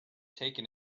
taken